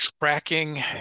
tracking